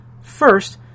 First